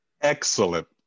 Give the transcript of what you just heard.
Excellent